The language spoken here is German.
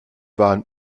waren